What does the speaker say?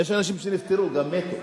יש אנשים שנפטרו, גם מתו.